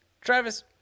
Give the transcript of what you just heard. Travis